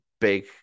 big